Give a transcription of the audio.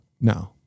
No